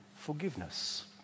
forgiveness